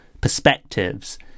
perspectives